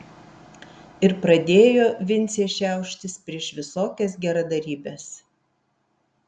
ir pradėjo vincė šiauštis prieš visokias geradarybes